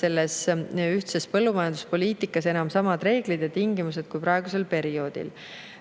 selles ühises põllumajanduspoliitikas enam samad reeglid ja tingimused kui praegusel perioodil.